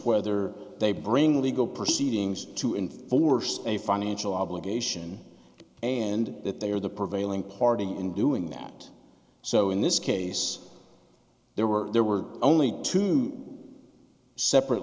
whether they bring legal proceedings to enforce a financial obligation and that they are the prevailing party in doing that so in this case there were there were only two separate